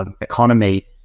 economy